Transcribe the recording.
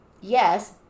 yes